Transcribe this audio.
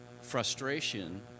frustration